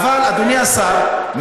אדוני השר,